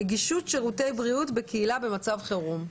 לנגישות שירותי בריאות בקהילה במצב חירום.